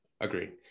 agree